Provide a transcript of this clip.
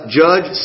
judge